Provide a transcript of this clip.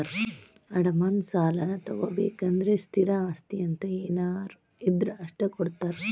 ಅಡಮಾನ ಸಾಲಾನಾ ತೊಗೋಬೇಕಂದ್ರ ಸ್ಥಿರ ಆಸ್ತಿ ಅಂತ ಏನಾರ ಇದ್ರ ಅಷ್ಟ ಕೊಡ್ತಾರಾ